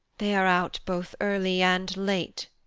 they are out both early and late,